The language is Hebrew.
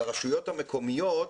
לרשויות המקומיות,